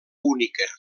única